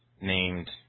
named